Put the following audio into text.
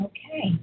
Okay